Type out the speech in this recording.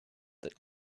that